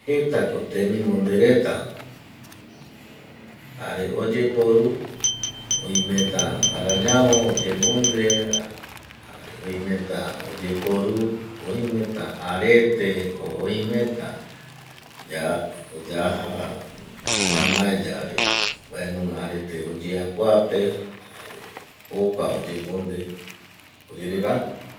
Jetako temimondereta jare oyeporu arañavo oyemondeva jare oimeta oyeporu oimeta arete o oimeta yaja ñamaevaye mbaenunga arete oyeapoape jare jokua oyemonde oyerera